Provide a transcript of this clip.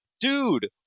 Dude